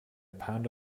pound